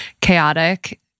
chaotic